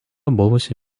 buvusi